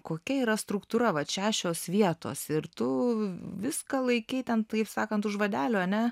kokia yra struktūra vat šešios vietos ir tu viską laikei ten taip sakant už vadelių ane